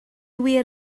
wir